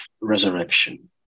resurrection